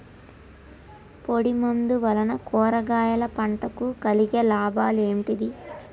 పొడిమందు వలన కూరగాయల పంటకు కలిగే లాభాలు ఏంటిది?